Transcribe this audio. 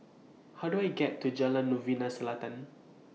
How Do I get to Jalan Novena Selatan